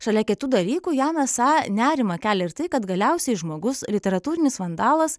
šalia kitų dalykų jam esą nerimą kelia ir tai kad galiausiai žmogus literatūrinis vandalas